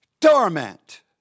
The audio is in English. torment